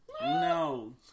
No